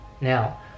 now